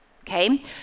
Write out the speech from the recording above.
Okay